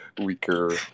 Weaker